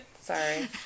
sorry